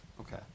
Okay